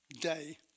day